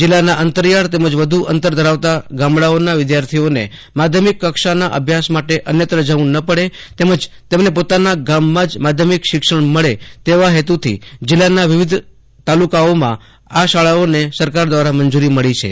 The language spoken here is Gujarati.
જિલ્લાના અંતરિયાળ તેમજ વધુ અંતર ધરાવતા ગામકાંઓમાં વિદ્યાર્થીઓનઈ માધ્યમીક કક્ષાના અભ્યાસ માટે અન્યત્ર જવેં ન પકે તેમજ તેમને પોતાના ગામમાં જ માધ્યમીક શિક્ષણ મળે તેવા હેતુંથી જિલ્લાના વિવિધ તાલુકાઓમાં આ શાળાઓને સરકાર દ્વારા મંજૂરી મળી છે